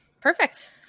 Perfect